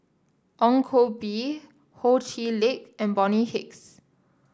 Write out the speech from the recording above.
Ong Koh Bee Ho Chee Lick and Bonny Hicks